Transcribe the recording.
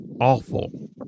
awful